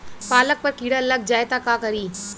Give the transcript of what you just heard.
पालक पर कीड़ा लग जाए त का करी?